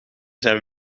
zijn